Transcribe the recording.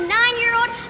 nine-year-old